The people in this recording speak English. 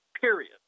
period